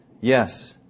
Yes